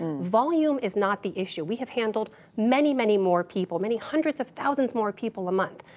volume is not the issue. we have handled many, many more people, many hundreds of thousands more people a month.